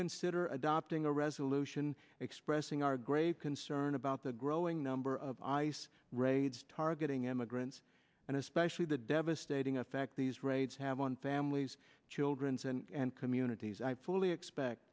consider adopting a resolution expressing our grave concern about the growing number of ice raids targeting immigrants and especially the devastating effect these raids have on families childrens and communities i fully expect